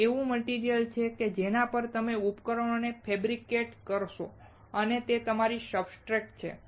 તે એવું મટિરિયલ છે કે જેના પર તમે ઉપકરણોને ફૅબ્રિકેટ કરશો અને તે તમારી સબસ્ટ્રેટ છે